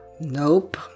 Nope